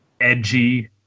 edgy